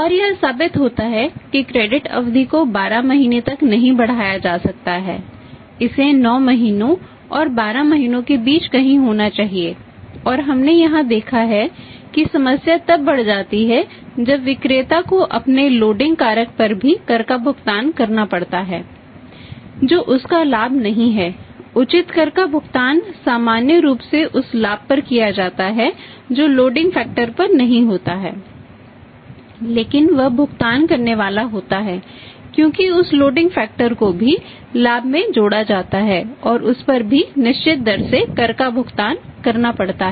और यह साबित होता है कि क्रेडिट को भी लाभ में जोड़ा जाता है और उस पर भी निश्चित दर से कर का भुगतान करना पड़ता है